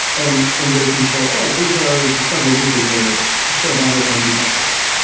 and and they can say, oh, here's our discover weekly playlist, show that as our default slice.